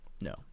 no